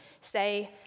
Say